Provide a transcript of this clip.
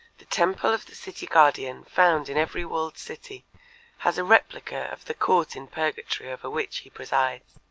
the temple of the city guardian found in every walled city has a replica of the court in purgatory over which he presides.